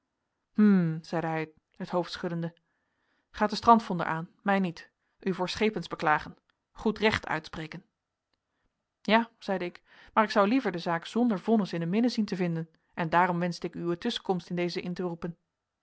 zeide hij het hoofd schuddende gaat den strandvonder aan mij niet u voor schepens beklagen goed recht uitspreken ja zeide ik maar ik zou liever de zaak zonder vonnis in den minne zien te vinden en daarom wenschte ik uwe tusschenkomst in deze in te roepen